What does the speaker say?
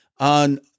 On